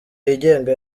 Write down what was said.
yigenga